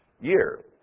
year